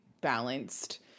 balanced